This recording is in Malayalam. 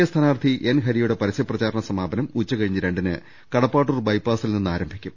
എ സ്ഥാനാർത്ഥി എൻ ഹരിയുടെ പരസ്യ പ്രചാരണ സമാ പനം ഉച്ചകഴിഞ്ഞ് രണ്ടിന് കടപ്പാട്ടൂർ ബൈപ്പാസിൽ നിന്ന് ആരംഭി ക്കും